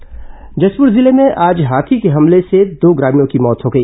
हाथी उत्पात जशपूर जिले में आज हाथी के हमले से दो ग्रामीणों की मौत हो गई